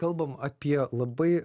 kalbam apie labai